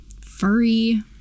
furry